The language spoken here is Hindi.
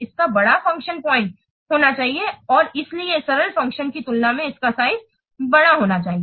इसका बड़ा फंक्शन पॉइंट होना चाहिए और इसलिए सरल फंक्शन की तुलना में इसका साइज़ बड़ा होना चाहिए